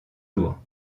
jour